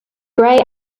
grey